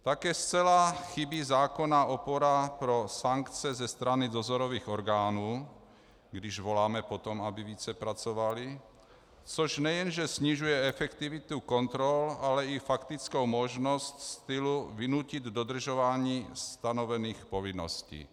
Také zcela chybí zákonná opora pro sankce ze strany dozorových orgánů, když voláme po tom, aby více pracovali, což nejen že snižuje efektivitu kontrol, ale i faktickou možnost stylu vynutit dodržování stanovených povinností.